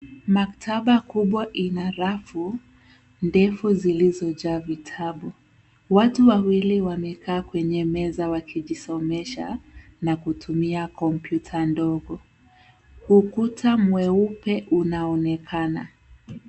Maktaba kubwa ina rafu ndefu zilizojaa vitabu. Watu wawili wamekaa kwenye meza wakijisomesha na kutumia kompyuta ndogo. Ukuta mweupe unaonekana.